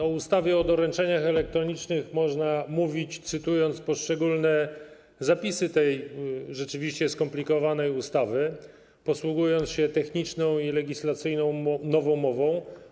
O ustawie o doręczeniach elektronicznych można mówić, cytując poszczególne zapisy tej rzeczywiście skomplikowanej ustawy, posługując się techniczną i legislacyjną nowomową.